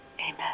Amen